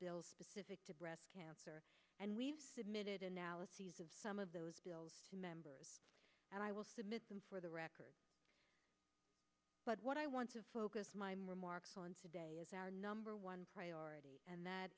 bills specific to breast cancer and we've submitted analyses of some of those bills to members and i will submit them for the record but what i want to focus my marks on today is our number one priority and that